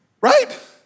right